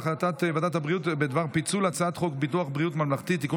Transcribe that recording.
על החלטת ועדת הבריאות בדבר פיצול הצעת חוק ביטוח בריאות ממלכתי (תיקון